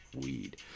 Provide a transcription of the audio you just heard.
weed